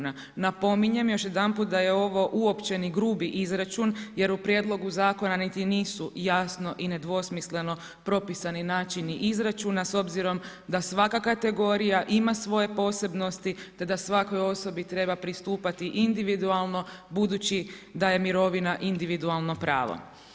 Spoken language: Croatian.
Napominjem još jedanput da je ovo uopćeni grubi izračun jer u prijedlogu zakona niti nisu jasno i nedvosmisleno propisani načini izračuna s obzirom da svaka kategorija ima svoje posebnosti te da svakoj osobi treba pristupati individualno budući da je mirovina individualno pravo.